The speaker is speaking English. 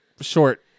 short